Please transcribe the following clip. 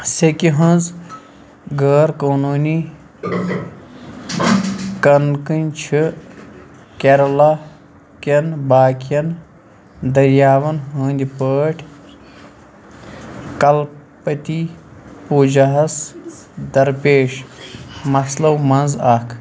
سیٚکہِ ہٕنٛز غٲر قوٚنوٗنی کانٛکن چھُ کیرالہ کٮ۪ن باقٮ۪ن دٔریاوَن ہٕنٛدۍ پٲٹھۍ کلپتھی پوٗجاہَس درپیش مسلو منٛزٕ اَکھ